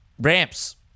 ramps